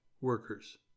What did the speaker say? workers